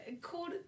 called